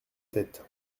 tête